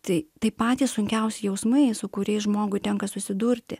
tai tai patys sunkiausi jausmai su kuriais žmogui tenka susidurti